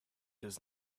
does